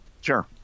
sure